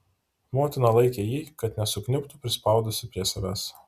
motina laikė jį kad nesukniubtų prispaudusi prie savęs